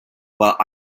while